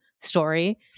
story